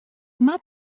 moat